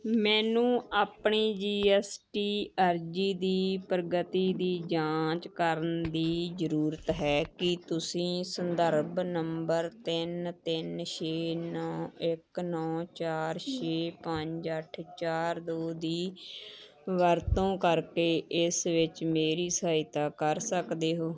ਮੈਨੂੰ ਆਪਣੀ G S T ਅਰਜ਼ੀ ਦੀ ਪ੍ਰਗਤੀ ਦੀ ਜਾਂਚ ਕਰਨ ਦੀ ਜ਼ਰੂਰਤ ਹੈ ਕੀ ਤੁਸੀਂ ਸੰਦਰਭ ਨੰਬਰ ਤਿੰਨ ਤਿੰਨ ਛੇ ਨੌਂ ਇੱਕ ਨੌਂ ਚਾਰ ਛੇ ਪੰਜ ਅੱਠ ਚਾਰ ਦੋ ਦੀ ਵਰਤੋਂ ਕਰਕੇ ਇਸ ਵਿੱਚ ਮੇਰੀ ਸਹਾਇਤਾ ਕਰ ਸਕਦੇ ਹੋ